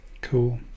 Cool